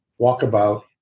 walkabout